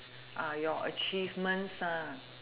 uh your achievements ah